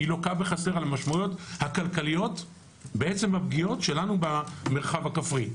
היא לוקה בחסר על המשמעויות הכלכליות בעצם הפגיעות שלנו במרחב הכפרי.